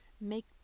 make